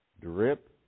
Drip